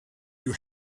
you